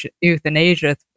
euthanasia